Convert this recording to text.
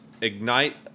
ignite